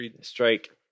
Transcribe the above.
Strike